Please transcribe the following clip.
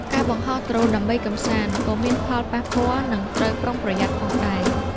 ការបង្ហោះដ្រូនដើម្បីកម្សាន្ត ក៏មានផលប៉ះពាល់ និងត្រូវប្រុងប្រយ័ត្នផងដែរ។